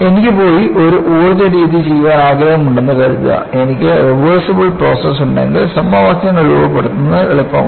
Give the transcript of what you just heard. എനിക്ക് പോയി ഒരു ഊർജ്ജ രീതി ചെയ്യാൻ ആഗ്രഹമുണ്ടെന്ന് കരുതുക എനിക്ക് റിവേർസിബിൾ പ്രോസസ് ഉണ്ടെങ്കിൽ സമവാക്യങ്ങൾ രൂപപ്പെടുത്തുന്നത് എളുപ്പമാണ്